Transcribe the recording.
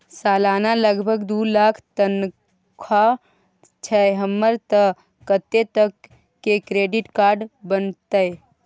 सलाना लगभग दू लाख तनख्वाह छै हमर त कत्ते तक के क्रेडिट कार्ड बनतै?